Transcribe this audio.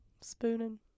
spooning